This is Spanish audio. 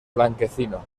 blanquecino